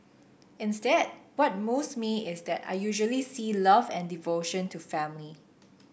instead what moves me is that I usually see love and devotion to family